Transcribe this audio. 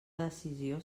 decisió